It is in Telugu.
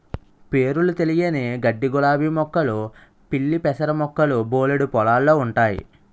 పేరులు తెలియని గడ్డిగులాబీ మొక్కలు పిల్లిపెసర మొక్కలు బోలెడు పొలాల్లో ఉంటయి